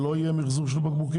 שלא יהיה מחזור של בקבוקים?